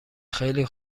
خیلی